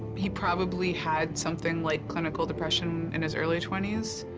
he probably had something like clinical depression in his early twenty s